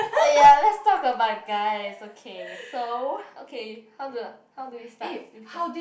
oh ya let's talk about guys okay so okay how do how do you start with guy